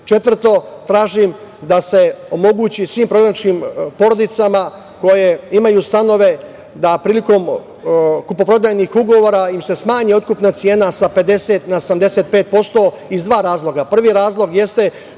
tražim da se omogući svim prognaničkim porodicama koje imaju stanove da im se prilikom kupoprodajnih ugovora smanji otkupna cena sa 50 na 75%, iz dva razloga. Prvi razlog jeste